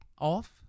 off